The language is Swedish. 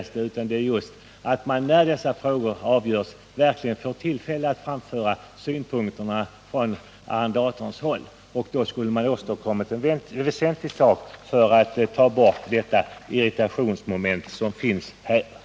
Vad som är väsentligt är i stället att det när dessa frågor avgörs verkligen finns möjlighet för arrendatorerna att anföra synpunkter. Därmed skulle man ha gjort en väsentlig insats för att eliminera de irritationsmoment som finns på detta område.